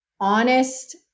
Honest